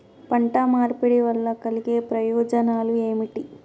పంట మార్పిడి వల్ల కలిగే ప్రయోజనాలు ఏమిటి?